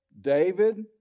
David